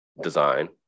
design